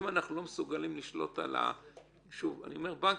אם אנחנו לא מסוגלים לשלוט שוב אני אומר בנקים,